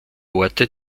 orte